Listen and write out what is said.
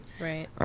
Right